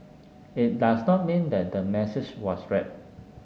it does not mean that the message was read